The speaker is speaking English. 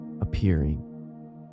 appearing